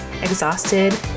exhausted